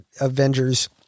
Avengers